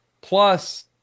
plus